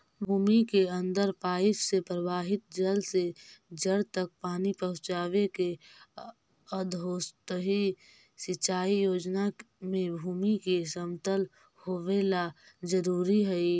भूमि के अंदर पाइप से प्रवाहित जल से जड़ तक पानी पहुँचावे के अधोसतही सिंचाई योजना में भूमि के समतल होवेला जरूरी हइ